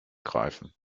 greifen